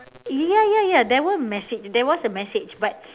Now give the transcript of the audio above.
ya ya ya that one message there was a message but